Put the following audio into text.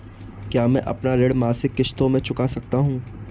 क्या मैं अपना ऋण मासिक किश्तों में चुका सकता हूँ?